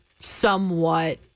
somewhat